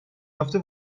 یافته